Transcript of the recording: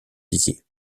dizier